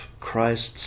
Christ's